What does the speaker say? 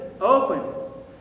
open